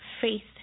faith